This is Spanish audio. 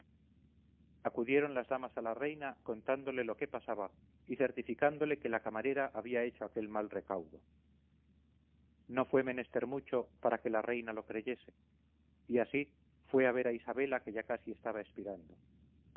acudieron las damas a la reina contándole lo que pasaba y certificándole que la camarera había hecho aquel mal recaudo no fue menester mucho para que la reina lo creyese y así fue a ver a isabela que ya casi estaba expirando